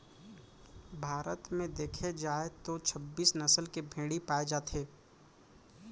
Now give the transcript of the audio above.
भारत म देखे जाए तो छब्बीस नसल के भेड़ी पाए जाथे